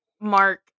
Mark